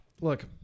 look